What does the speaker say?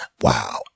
wow